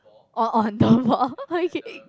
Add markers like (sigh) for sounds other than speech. oh oh no ball okay (laughs)